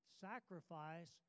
sacrifice